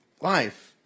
life